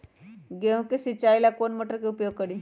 गेंहू के सिंचाई ला कौन मोटर उपयोग करी?